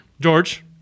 George